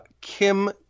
Kim